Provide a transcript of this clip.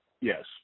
Yes